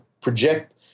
project